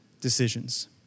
decisions